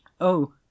Oh